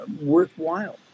worthwhile